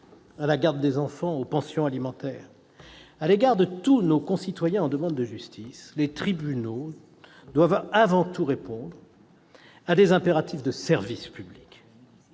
à la garde des enfants, aux pensions alimentaires ... À l'égard de tous nos concitoyens en demande de justice, les tribunaux doivent avant tout répondre à des impératifs de service public